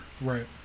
Right